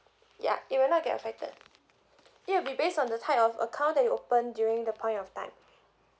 yup it will not get affected it'll be based on the type of account that you opened during the point of time